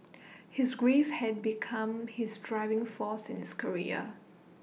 his grief had become his driving force in his career